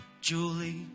Julie